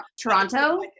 Toronto